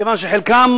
כיוון שחלקם